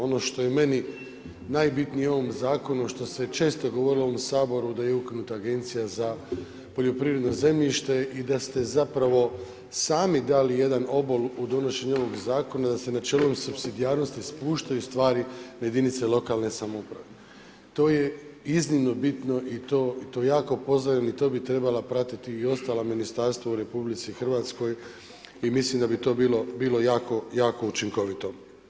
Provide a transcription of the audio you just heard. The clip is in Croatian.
Ono što je meni najbitnije u ovom zakonu što se često govorilo u ovom Saboru da je ukinuta Agencija za poljoprivredno zemljište i da ste dali sami jedan obol u donošenju ovog zakona da se načelom supsidijarnosti spuštaju stvari na jedinice lokalne samouprave. to je iznimno bitno i to jako pozdravljam i to bi trebala pratiti i ostala ministarstva u RH i mislim da bi to bilo jako učinkovito.